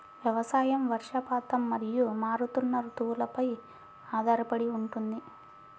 వ్యవసాయం వర్షపాతం మరియు మారుతున్న రుతువులపై ఆధారపడి ఉంటుంది